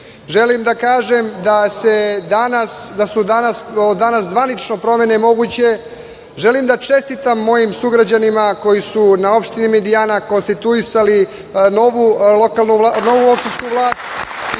želim da kažem da su od danas zvanično promene moguće, želim da čestitam mojim sugrađanima koji su na opštini Medijana konstituisali novu opštinsku vlast